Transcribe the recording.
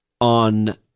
on